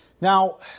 Now